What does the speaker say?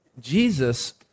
Jesus